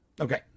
okay